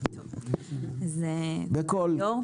תודה ליו"ר.